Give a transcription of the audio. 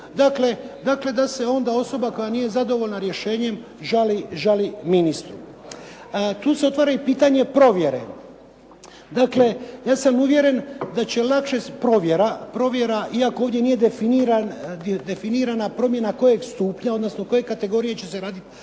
Dakle, da se onda osoba koja nije zadovoljna rješenjem želi ministru. Tu se otvara i pitanje provjere. Dakle, ja sam uvjeren da će lakše provjera iako ovdje nije definirana promjena kojeg stupnja odnosno koje kategorije će se raditi